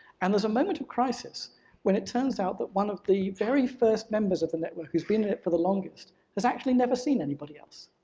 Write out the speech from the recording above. and there's a moment of crisis when it turns out that one of the very first members of the network who's been in it for the longest has actually never seen anybody else.